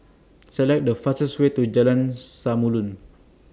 Select The fastest Way to Jalan Samulun